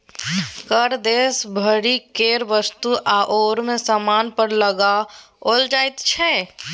कर देश भरि केर वस्तु आओर सामान पर लगाओल जाइत छै